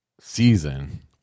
season